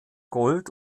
gold